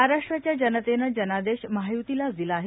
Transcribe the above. महाराष्ट्राच्या जनतेने जनादेश महायुतीलाच दिला आहे